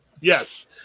Yes